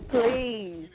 Please